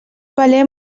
valer